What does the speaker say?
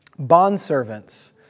Bondservants